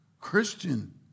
Christian